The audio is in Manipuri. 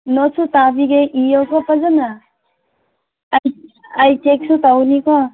ꯅꯣꯠꯁꯨ ꯊꯥꯕꯤꯒꯦ ꯏꯌꯣꯀꯣ ꯐꯖꯅ ꯑꯩ ꯆꯦꯛꯁꯨ ꯇꯧꯒꯅꯤꯀꯣ